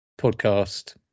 podcast